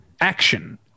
action